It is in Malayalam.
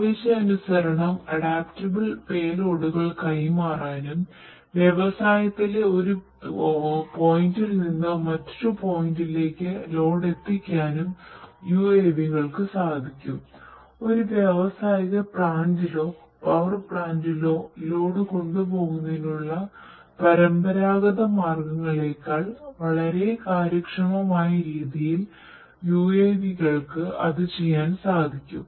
ആവശ്യാനുസരണം അഡാപ്റ്റബിൾ പേലോഡുകൾ ലോഡ് കൊണ്ടുപോകുന്നതിനുള്ള പരമ്പരാഗത മാർഗങ്ങളേക്കാൾ വളരെ കാര്യക്ഷമമായ രീതിയിൽ UAV ക്കു അത് ചെയ്യാൻ കഴിയും